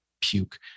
puke